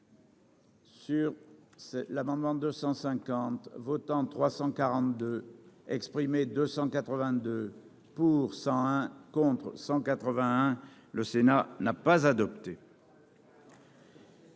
ce, l'amendement 250 votants, 342 exprimés 282 pour 101 contre 181. Le Sénat n'a pas adopté.